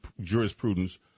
jurisprudence